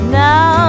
now